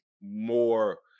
more